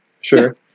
Sure